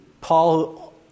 Paul